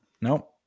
no